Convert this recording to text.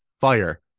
fire